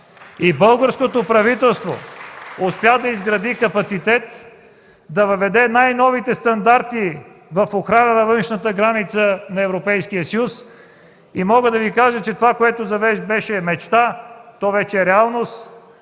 Българското правителство успя да изгради капацитет, да въведе най-новите стандарти в охрана на външната граница на Европейския съюз. Мога да Ви кажа, че това, което за Вас беше мечта, то вече е реалност